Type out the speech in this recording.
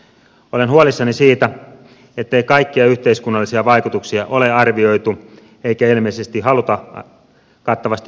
olen huolissani siitä ettei kaikkia yhteiskunnallisia vaikutuksia ole arvioitu eikä ilmeisesti haluta kattavasti arvioidakaan